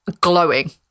glowing